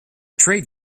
trade